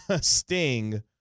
Sting